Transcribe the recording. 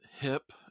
hip